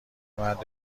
مرد